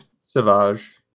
Savage